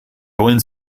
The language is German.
bullen